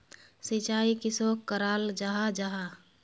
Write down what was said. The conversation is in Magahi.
सिंचाई किसोक कराल जाहा जाहा?